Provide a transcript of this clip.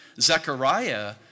Zechariah